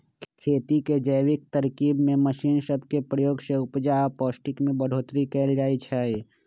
खेती के जैविक तरकिब में मशीन सब के प्रयोग से उपजा आऽ पौष्टिक में बढ़ोतरी कएल जाइ छइ